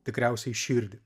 tikriausiai širdį